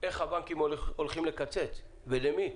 איך הבנקים הולכים לקצץ ולמי.